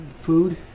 food